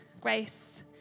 grace